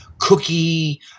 cookie